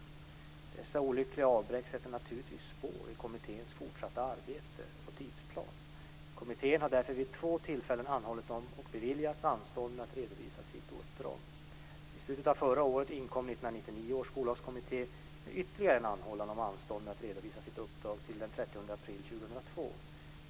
Dessa olyckliga avbräck sätter naturligtvis spår i kommitténs fortsatta arbete och tidsplan. Kommittén har därför vid två tillfällen anhållit om och beviljats anstånd med att redovisa sitt uppdrag. I slutet av förra året inkom 1999 års skollagskommitté med ytterligare en anhållan om anstånd med att redovisa sitt uppdrag till den 30 april 2002.